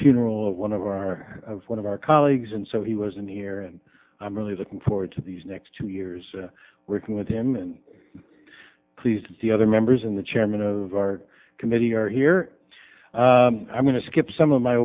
funeral of one of our one of our colleagues and so he was in here and i'm really looking forward to these next two years working with him and pleased to see other members in the chairman of our committee are here i'm going to skip some of my